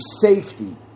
safety